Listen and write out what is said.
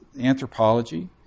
anthropology